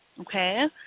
okay